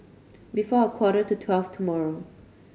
before a quarter to twelve tomorrow